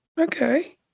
Okay